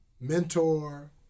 mentor